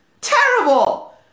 terrible